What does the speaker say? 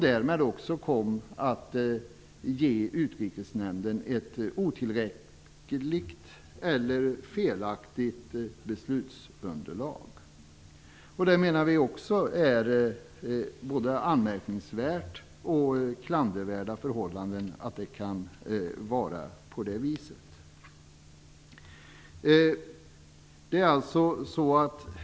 Därmed kom han att ge nämnden ett otillräckligt eller felaktigt beslutsunderlag. Det är både anmärkningsvärt och klandervärt att det kan vara på det viset.